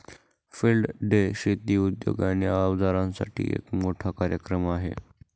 field day शेती उद्योग आणि अवजारांसाठी एक मोठा कार्यक्रम आहे